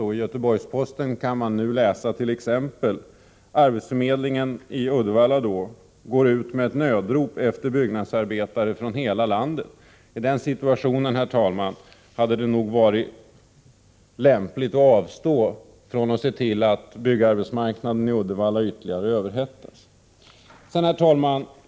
I Göteborgs-Posten kan man nu läsa t.ex.: ”Arbetsförmedlingen”, alltså i Uddevalla, ”går ut med ett nödrop efter byggnadsarbetare i hela landet =.” Iden situationen, herr talman, hade det nog varit lämpligt att se till att arbetsmarknaden i Uddevalla inte ytterligare överhettas. Herr talman!